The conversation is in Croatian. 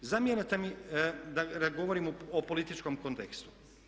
Zamjerate mi da govorim o političkom kontekstu.